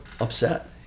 upset